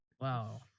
Wow